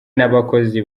n’abakozi